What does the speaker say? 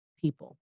people